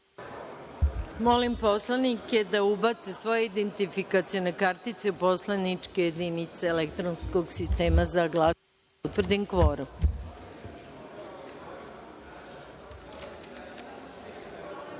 Molim poslanike da ubace svoje identifikacione kartice u poslaničke jedinice elektronskog sistema za glasanje